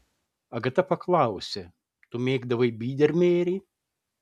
agata paklausė tu mėgdavai bydermejerį